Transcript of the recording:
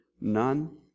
None